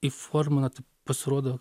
įforminat pasirodo